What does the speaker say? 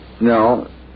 No